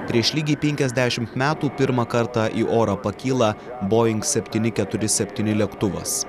prieš lygiai penkiasdešimt metų pirmą kartą į orą pakyla boing septyni keturi septyni lėktuvas